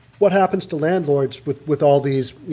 what happens to landlords with with all these, you